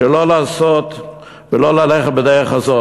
שלא לעשות ולא ללכת בדרך הזאת.